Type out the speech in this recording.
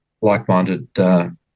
like-minded